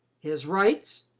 his rights,